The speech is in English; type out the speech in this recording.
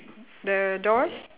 the doors